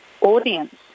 audience